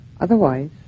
Otherwise